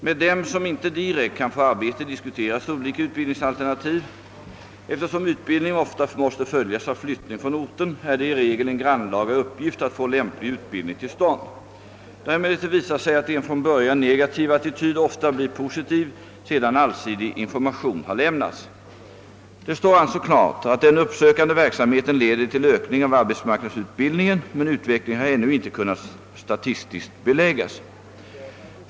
Med dem som inte direkt kan få arbete diskuteras olika utbildningsalternativ. Eftersom utbildning ofta måste följas av flyttning från orten är det i regel en grannlaga uppgift att få lämplig utbildning till stånd. Det har emellertid visat sig att en från början negativ attityd ofta blir positiv sedan allsidig information har lämnats. Det står alltså klart att den uppsökande verksamheten leder till ökning av arbetsmarknadsutbildningen, men utvecklingen har ännu inte kunnat statistiskt beläggas.